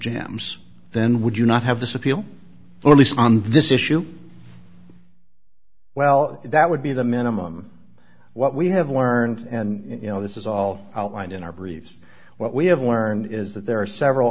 gems then would you not have this appeal but at least on this issue well that would be the minimum of what we have learned and you know this is all outlined in our briefs what we have learned is that there are several